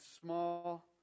small